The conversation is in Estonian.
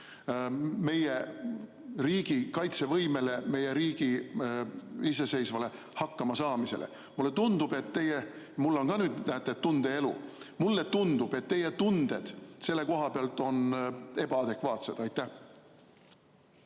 meie riigi kaitsevõimele, meie riigi iseseisvale hakkama saamisele? Mulle tundub, et teie – mul on ka nüüd, näete, tundeelu –, mulle tundub, et teie tunded selle koha pealt on ebaadekvaatsed. Aitäh!